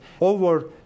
over